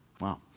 wow